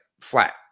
flat